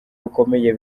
rukomeye